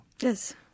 Yes